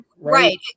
Right